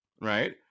right